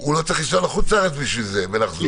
הוא לא צריך לנסוע לחוץ לארץ בשביל זה ולחזור.